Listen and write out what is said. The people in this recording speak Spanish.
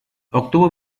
obtuvo